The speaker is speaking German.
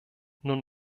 nun